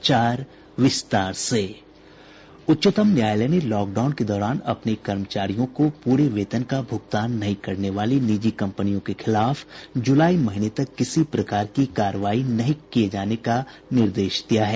उच्चतम न्यायालय ने लॉकडाउन के दौरान अपने कर्मचारियों को पूरे वेतन का भुगतान नहीं करने वाली निजी कंपनियों के खिलाफ जुलाई महीने तक किसी प्रकार की कार्रवाई नहीं किये जाने का निर्देश दिया है